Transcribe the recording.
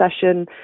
session